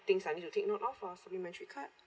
things I need to take note of for supplementary card